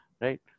right